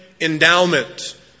endowment